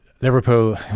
Liverpool